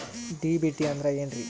DBT ಅಂದ್ರ ಏನ್ರಿ?